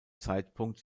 zeitpunkt